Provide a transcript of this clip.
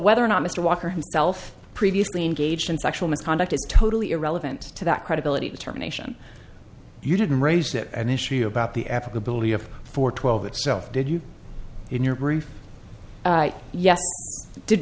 whether or not mr walker himself previously engaged in sexual misconduct is totally irrelevant to that credibility determination you didn't raise it an issue about the applicability of for twelve itself did you in your brief yes i did